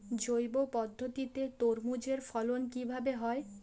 জৈব পদ্ধতিতে তরমুজের ফলন কিভাবে হয়?